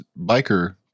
Biker